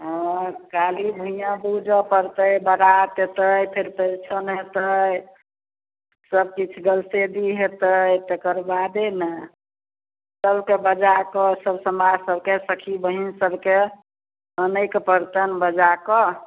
हँ बुझऽ पड़तै बारात अयतै फेर परिछन हेतै फेर सब किछु तेकर बादे ने सबके बजा कऽ सर समाज सबके सखी बहिनके आनैके पड़तैनि बजा कऽ